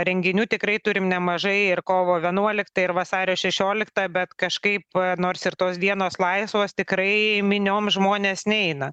renginių tikrai turim nemažai ir kovo vienuoliktąją ir vasario šešioliktą bet kažkaip nors ir tos dienos laisvos tikrai miniom žmonės neina